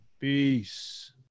Peace